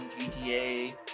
GTA